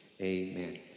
amen